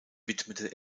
widmete